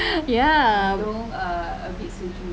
ya